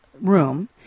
room